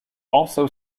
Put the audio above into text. also